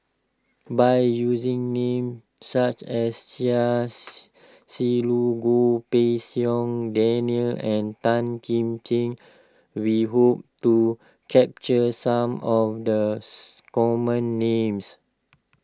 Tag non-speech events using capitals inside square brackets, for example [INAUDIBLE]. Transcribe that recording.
by using names such as Chia [NOISE] Shi Lu Goh Pei Siong Daniel and Tan Kim King we hope to capture some of the [NOISE] common names